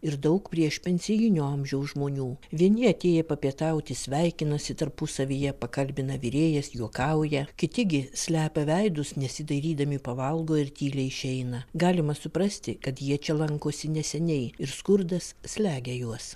ir daug priešpensinio amžiaus žmonių vieni atėję papietauti sveikinasi tarpusavyje pakalbina virėjas juokauja kiti gi slepia veidus nesidairydami pavalgo ir tyliai išeina galima suprasti kad jie čia lankosi neseniai ir skurdas slegia juos